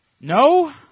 No